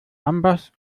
amboss